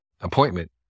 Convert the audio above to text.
appointment